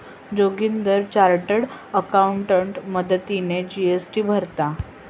Joginder chartered accountant मदतीने GST भरता